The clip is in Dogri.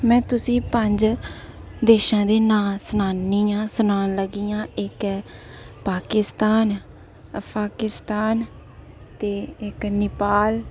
में तुसें ई पजं देशें दे नांऽ सनान्नी आं सनान लगी आं इक ऐ पाकिस्तान अफगानिस्तान ते इक नेपाल